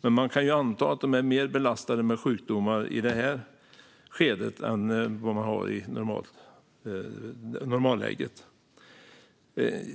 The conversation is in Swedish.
Men man kan anta att de är mer belastade av sjukdomar i detta skede än vad de är i ett normalläge.